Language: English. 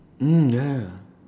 mm ya